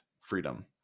freedom